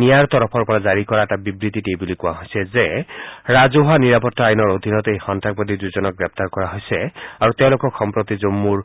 নিয়াৰ তৰফৰ পৰা জাৰি কৰা এটা বিবৃতিত এইবুলি কোৱা হৈছে যে ৰাজহুৱা নিৰাপত্তা আইনৰ অধীনত এই সন্তাসবাদী দুজনক গ্ৰেপ্তাৰ কৰা হৈছে আৰু তেওঁলোকক সম্প্ৰতি জন্মুৰ